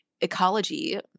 Ecology